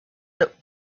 that